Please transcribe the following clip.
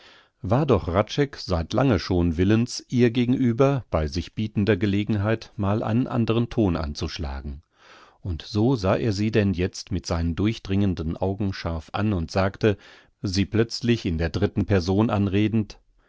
war doch hradscheck seit lange schon willens ihr gegenüber bei sich bietender gelegenheit mal einen andern ton anzuschlagen und so sah er sie denn jetzt mit seinen durchdringenden augen scharf an und sagte sie plötzlich in der dritten person anredend